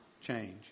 change